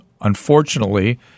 unfortunately